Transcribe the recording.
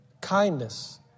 kindness